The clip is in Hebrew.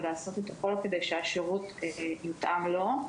ולעשות הכול כדי שהשירות יותאם לו,